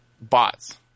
bots